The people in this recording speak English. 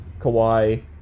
Kawhi